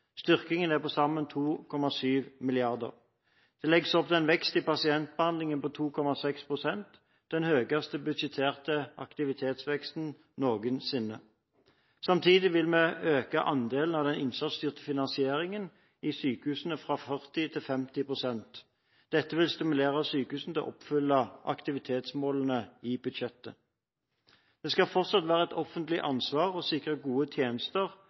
Styrkingen er på til sammen 2,7 mrd. kr. Det legges opp til en vekst i pasientbehandlingen på 2,6 pst. – den høyeste budsjetterte aktivitetsveksten noensinne. Samtidig vil vi øke andelen av den innsatsstyrte finansieringen i sykehusene fra 40 pst. til 50 pst. Dette vil stimulere sykehusene til å oppfylle aktivitetsmålene i budsjettet. Det skal fortsatt være et offentlig ansvar å sikre gode tjenester